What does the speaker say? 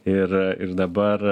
ir ir dabar